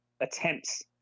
attempts